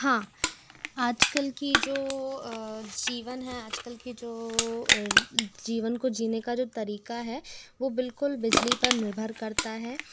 हाँ आजकल की जो जीवन है आजकल की जो जीवन को जीने का जो तरीका है वो बिल्कुल बिजली पर निर्भर करता है